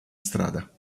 strada